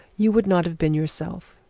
you would not have been yourself.